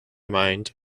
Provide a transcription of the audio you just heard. mind